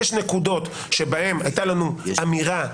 יש נקודות שבהן הייתה לנו אמירה ערכית,